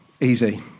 Easy